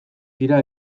dira